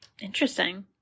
Interesting